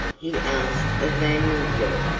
he asked of van winkle.